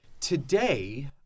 Today